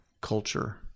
culture